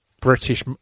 british